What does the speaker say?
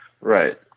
Right